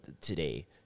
today